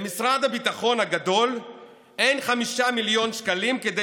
למשרד הביטחון הגדול אין 5 מיליון שקלים כדי